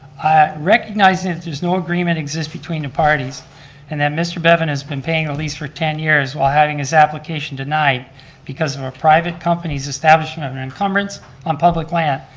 recognizing that there's no agreement exists between the parties and that mr. bevans has been paying a lease for ten years while having his application denied because of a private company's establishment of an encumbrance on public land,